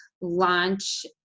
launch